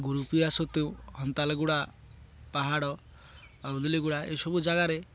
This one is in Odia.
ଗୁରୁପ୍ରିଆ ସେତୁ ହନ୍ତାଲ ଗୁଡ଼ା ପାହାଡ଼ ଅଉ ଧଲିଗୁଡ଼ା ଏଇସବୁ ଜାଗାରେ